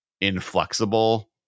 inflexible